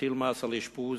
להטיל מס על אשפוז,